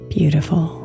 Beautiful